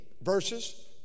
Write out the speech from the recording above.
verses